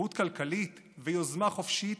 חירות כלכלית ויוזמה חופשית